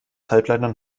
halbleitern